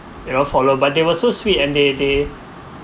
you know followed but they were so sweet and they they